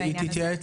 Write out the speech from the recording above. אז היא תתייעץ.